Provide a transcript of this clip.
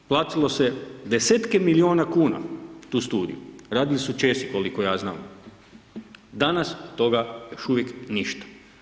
Platilo se desetke milijuna kuna tu studiju, radili su Česi koliko ja znam, danas od toga još uvijek ništa.